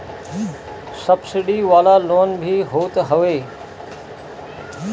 subsidy वाला loan भी होत हवे